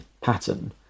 pattern